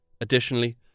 Additionally